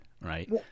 right